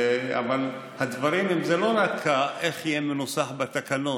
אבל הדברים זה לא רק איך יהיה מנוסח בתקנות,